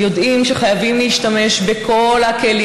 יודעים שחייבים להשתמש בכל הכלים